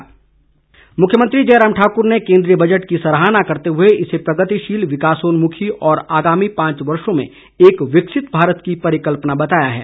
मुख्यमंत्री मुख्यमंत्री जयराम ठाकुर ने केंद्रीय बजट की सराहना करते हुए इसे प्रगतिशील विकासोन्नमुखी और आगामी पांच वर्षों में एक विकसित भारत की परिकल्पना बताया है